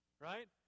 Right